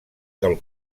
del